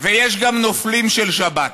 ויש גם נופלים של שבת.